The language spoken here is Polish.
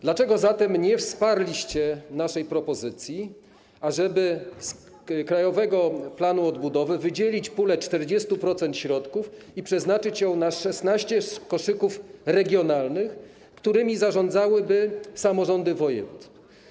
Dlaczego zatem nie wsparliście naszej propozycji, ażeby z Krajowego Planu Odbudowy wydzielić pulę 40% środków i przeznaczyć ją na 16 koszyków regionalnych, którymi zarządzałyby samorządy województw?